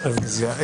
רוויזיה.